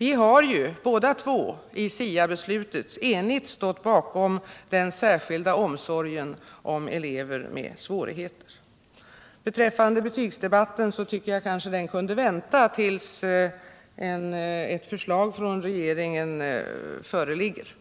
Vi har båda två i SIA-beslutet enigt slutit upp bakom den särskilda omsorgen om elever med svårigheter. Beträffande betygsdebatten tycker jag att den kunde vänta tills ett förslag från regeringen föreligger.